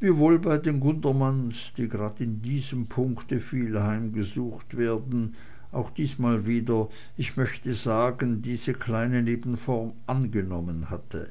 wiewohl es bei den gundermanns die gerad in diesem punkte viel heimgesucht werden auch diesmal wieder ich möchte sagen diese kleine nebenform angenommen hatte